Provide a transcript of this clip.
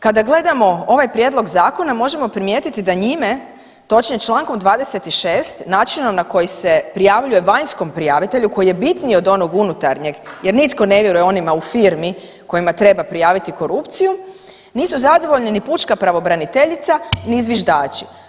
Kada gledamo ovaj prijedlog zakona možemo primijetiti da njime, točnije čl. 26. načinu na koji se prijavljuje vanjskom prijavitelju koji je bitniji od onog unutarnjeg jer nitko ne vjeruje onima u firmi kojima treba prijaviti korupciju nisu zadovoljni ni pučka pravobraniteljica ni zviždači.